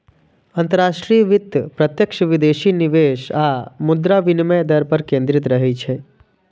अंतरराष्ट्रीय वित्त प्रत्यक्ष विदेशी निवेश आ मुद्रा विनिमय दर पर केंद्रित रहै छै